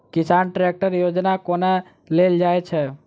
किसान ट्रैकटर योजना केना लेल जाय छै?